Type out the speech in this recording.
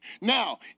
Now